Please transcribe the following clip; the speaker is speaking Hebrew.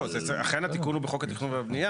לא, אכן התיקון הוא בחוק התכנון והבנייה.